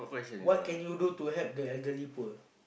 what can you do to help the elderly poor